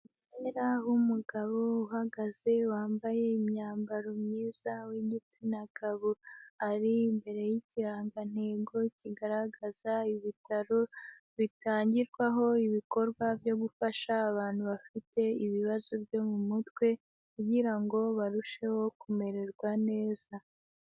Umwera w'umugabo uhagaze wambaye imyambaro myiza w'igitsina gabo ari imbere yikirangantego kigaragaza ibitaro bitangirwaho ibikorwa byo gufasha abantu bafite ibibazo byo mu mutwe kugirango barusheho kumererwa neza